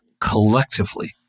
collectively